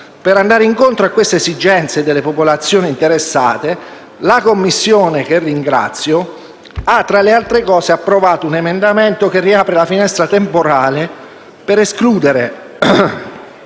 Per andare incontro alle esigenze delle popolazioni interessate, la Commissione - che ringrazio - ha, tra le altre cose, ha approvato un emendamento che riapre la finestra temporale per escludere